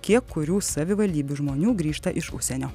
kiek kurių savivaldybių žmonių grįžta iš užsienio